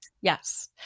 Yes